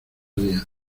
días